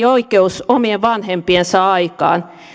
oikeus omien vanhempiensa aikaan